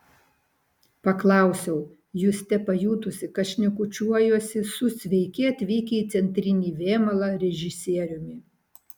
paklausiau juste pajutusi kad šnekučiuojuosi su sveiki atvykę į centrinį vėmalą režisieriumi